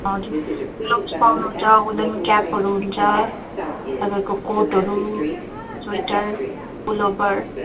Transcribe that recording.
हजुर पाउँनुहुन्छ हुलन क्यापहरू हुन्छ तपाईँको कोटहरू स्वेटर पुलोभर